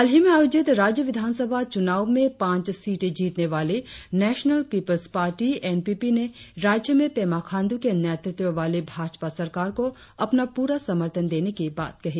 हालही में आयोजित राज्य विधानसभा चुनाव में पांच सीटे जीतने वाली National People's Party N P P ने राज्य में पेमा खांडू के नेतृत्व वाली भाजपा सरकार को अपना पूरा समर्थन देने की बात कही